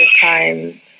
time